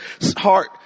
heart